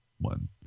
one